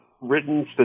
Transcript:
written